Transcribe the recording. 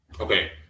okay